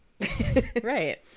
Right